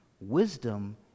Wisdom